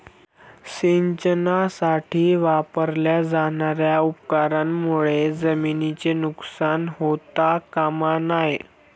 सिंचनासाठी वापरल्या जाणार्या उपकरणांमुळे जमिनीचे नुकसान होता कामा नये